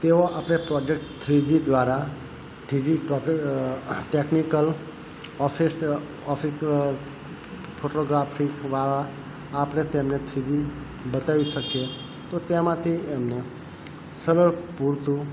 તેઓ આપણે project three G દ્વારા three G technical office office photographic દ્વારા આપણે તેમને થ્રી જી બતાવી શકીએ તો તેમાંથી એમને સરળ પૂરતું